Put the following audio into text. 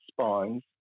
spines